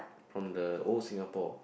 from the old Singapore